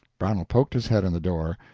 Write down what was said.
brownell poked his head in the door.